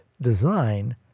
design